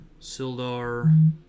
Sildar